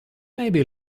maybe